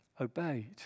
obeyed